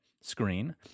screen